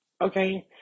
okay